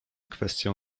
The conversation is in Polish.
kwestię